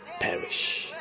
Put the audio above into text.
perish